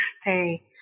stay